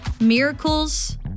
miracles